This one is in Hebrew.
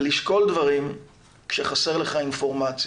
לשקול דברים כשחסרה לך אינפורמציה.